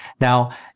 Now